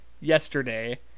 yesterday